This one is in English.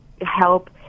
help